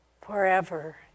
forever